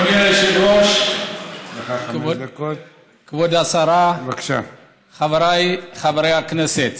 אדוני היושב-ראש, כבוד השרה, חבריי חברי הכנסת,